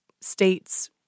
states